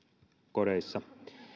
kodeissa